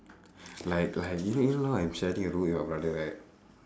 like like you know you know now I'm sharing a room with my brother right